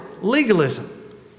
legalism